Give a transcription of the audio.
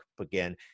again